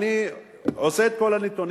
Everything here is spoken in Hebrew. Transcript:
אני אוסף את כל הנתונים,